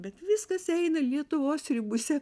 bet viskas eina lietuvos ribose